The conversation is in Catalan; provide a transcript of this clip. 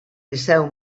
liceu